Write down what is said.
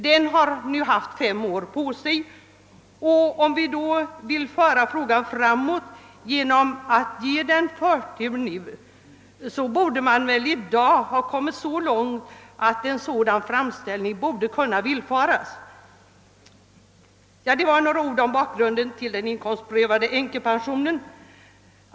Den har nu haft fem år på sig, och om vi då vill föra frågan framåt genom att ge den förtur nu, så borde man väl i dag ha kommit så långt att en sådan framställning borde kunna villfaras. Det var några ord om bakgrunden till den inkomstprövade änkepensionen.